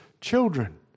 children